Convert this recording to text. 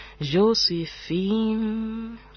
Josephine